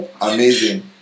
Amazing